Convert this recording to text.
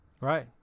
Right